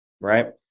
right